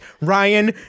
Ryan